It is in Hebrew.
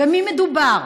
במי מדובר?